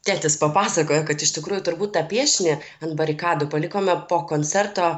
tėtis papasakojo kad iš tikrųjų turbūt tą piešinį ant barikadų palikome po koncerto